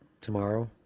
tomorrow